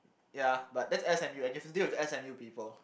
ya but that's S_M_U I get to deal with the S_M_U people